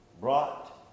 brought